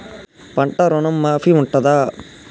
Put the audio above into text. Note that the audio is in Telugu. పంట ఋణం మాఫీ ఉంటదా?